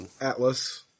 Atlas